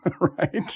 Right